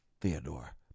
Theodore